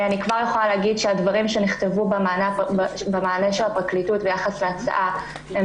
אני כבר יכולה לומר שהדברים שנכתבו במענה של הפרקליטות ביחס להצעה הם